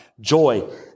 joy